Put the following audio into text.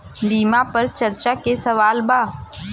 बीमा पर चर्चा के सवाल बा?